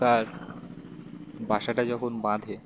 তার বাসাটা যখন বাঁধে